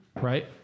right